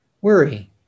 worry